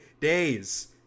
days